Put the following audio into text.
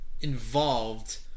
involved